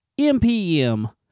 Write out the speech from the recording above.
MPM